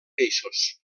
peixos